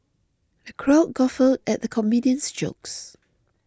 the crowd guffawed at the comedian's jokes